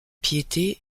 piété